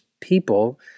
People